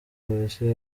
polisi